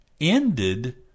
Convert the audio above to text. ended